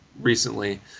recently